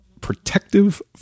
protective